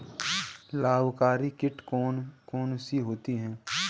लाभकारी कीट कौन कौन से होते हैं?